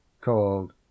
Called